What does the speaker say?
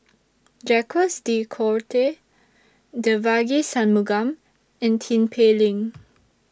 Jacques De Coutre Devagi Sanmugam and Tin Pei Ling